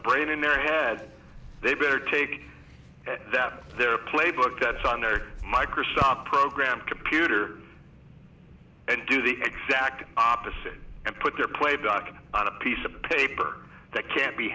brain in their head they better take that their playbook that's on their microscopic program computer and do the exact opposite and put their play back on a piece of paper that can't be